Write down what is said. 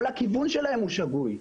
כל הכיוון שלהם שגוי.